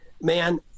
man